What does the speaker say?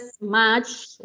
March